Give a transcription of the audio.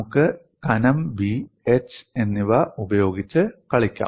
നമുക്ക് കനം B H എന്നിവ ഉപയോഗിച്ച് കളിക്കാം